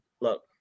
look